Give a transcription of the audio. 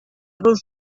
los